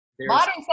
Modern